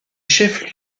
chef